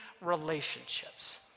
relationships